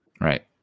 Right